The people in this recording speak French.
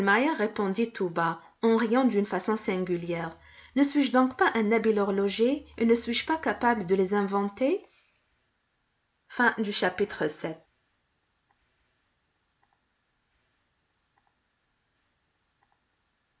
répondit tout bas en riant d'une façon singulière ne suis-je donc pas un habile horloger et ne suis-je pas capable de les inventer